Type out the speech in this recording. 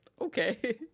okay